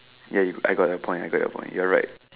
ya you I got your point I got your point you're right